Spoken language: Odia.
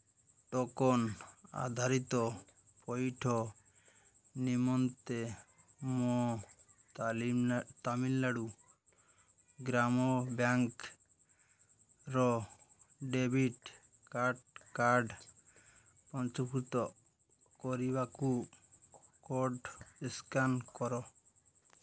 ଟୋକନ୍ ଆଧାରିତ ପଇଠ ନିମନ୍ତେ ମୋ ତାମିଲନାଡ଼ୁ ଗ୍ରାମ ବ୍ୟାଙ୍କର ଡେବିଟ୍ କାର୍ଡ଼ କାର୍ଡ଼ ପଞ୍ଜୀକୃତ କରିବାକୁ କୋଡ଼୍ ସ୍କାନ୍ କର